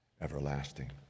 everlasting